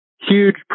huge